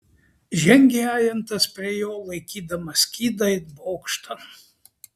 žengė ajantas prie jo laikydamas skydą it bokštą